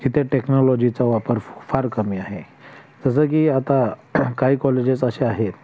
जिथे टेक्नॉलॉजीचा वापर फार कमी आहे जसं की आता काही कॉलेजेस असे आहेत